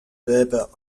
berber